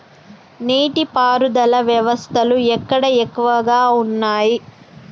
నీటి పారుదల వ్యవస్థలు ఎక్కడ ఎక్కువగా ఉన్నాయి?